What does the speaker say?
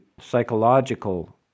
psychological